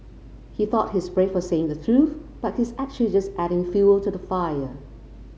he thought he's brave for saying the truth but he's actually just adding fuel to the fire